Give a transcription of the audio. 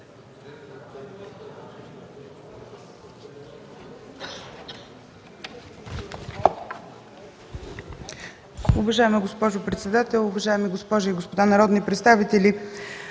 Ви, госпожо председател. Уважаеми госпожи и господа народни представители!